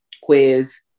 quiz